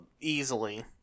Easily